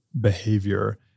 behavior